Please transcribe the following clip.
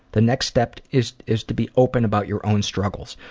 the next step is is to be open about your own struggles.